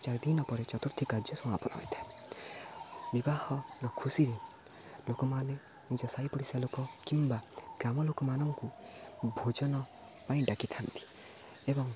ଚାରି ଦିନ ପରେ ଚତୁର୍ଥୀ କାର୍ଯ୍ୟ ସମାପନ ହୋଇଥାଏ ବିବାହର ଖୁସିରେ ଲୋକମାନେ ନିଜ ସାହି ପଡ଼ିଶା ଲୋକ କିମ୍ବା ଗ୍ରାମ ଲୋକମାନଙ୍କୁ ଭୋଜନ ପାଇଁ ଡାକିଥାନ୍ତି ଏବଂ